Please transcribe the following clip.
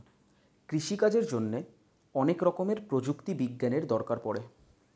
কৃষিকাজের জন্যে অনেক রকমের প্রযুক্তি বিজ্ঞানের দরকার পড়ে